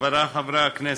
חברי חברי הכנסת,